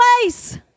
place